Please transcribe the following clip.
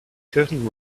curtain